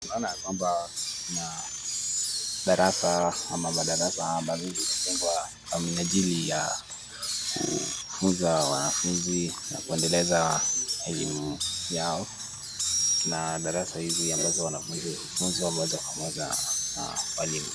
Tunaona ya kwamba kuna darasa ama madarasa ambazo zimejengwa kwa minajili ya kufunza wanafunzi na kuendeleza elimu yao na darasa hizi ambazo wanafunzi hufunzwa moja kwa moja na walimu.